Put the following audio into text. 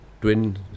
twin